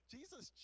Jesus